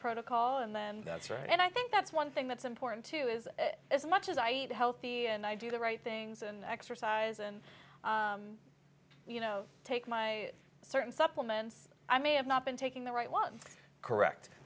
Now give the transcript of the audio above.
protocol and then that's right and i think that's one thing that's important too is as much as i eat healthy and i do the right things and i exercise and you know take my certain supplements i may have not been taking the right one correct